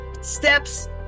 steps